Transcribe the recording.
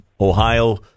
Ohio